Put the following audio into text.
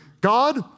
God